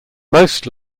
most